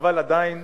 אבל עדיין